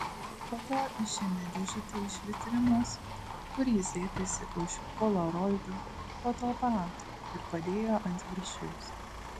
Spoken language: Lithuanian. po to išėmė dėžutę iš vitrinos kur ji slėpėsi už polaroido fotoaparato ir padėjo ant viršaus